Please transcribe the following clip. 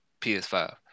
PS5